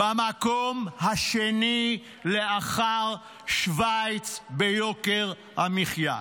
במקום השני לאחר שווייץ ביוקר המחיה.